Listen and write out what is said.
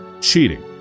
cheating